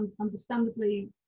understandably